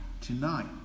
tonight